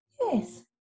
yes